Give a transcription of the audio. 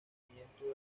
movimiento